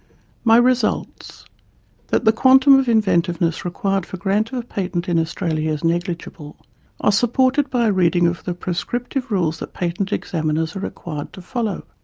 my results that the quantum of inventiveness required for grant of a patent in australia is negligible are supported by a reading of the proscriptive rules that patent examiners are required to follow.